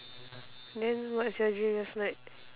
then what's your dream last night